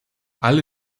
alle